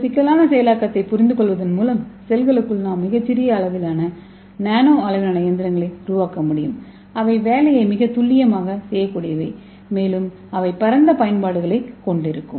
இந்த சிக்கலான செயலாக்கத்தைப் புரிந்துகொள்வதன் மூலம் செல்களுக்குள் நாம் மிகச் சிறிய அளவிலான நானோ அளவிலான இயந்திரங்களை உருவாக்க முடியும் அவை வேலையை மிகத் துல்லியமாகச் செய்யக்கூடியவை மேலும் அவை பரந்த பயன்பாடுகளைக் கொண்டிருக்கும்